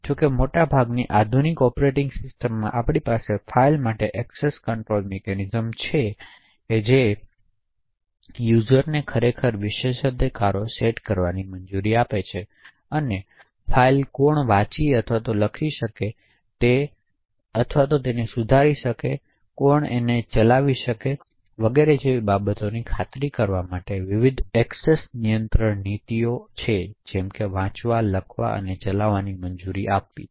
જો કે મોટાભાગની આધુનિક ઑપરેટિંગ સિસ્ટમોમાં આપણી પાસે ફાઇલો માટે એક્સેસ કંટ્રોલ મિકેનિઝમ્સ છે જે વપરાશકર્તાઓને ખરેખર વિશેષાધિકારો સેટ કરવાની મંજૂરી આપે છે અને ફાઇલો કોણ વાંચી શકે છે તેની ફાઇલો કોણ લખી અથવા સુધારી શકે છે અને કોણ કરી શકે છે તેની ખાતરી કરવા માટે વિવિધ એક્સેસ નિયંત્રણ નીતિઓ જેમ કે વાંચવા લખવા અને ચલાવવાની મંજૂરી આપે છે